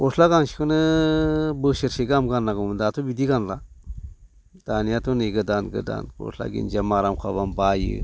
गस्ला गांसेखौनो बोसोरसे गाहाम गाननांगौमोन दाथ' बिदि गानला दानियाथ' नै गोदान गोदान गस्ला गिनजिया मारामखाबा आं बायो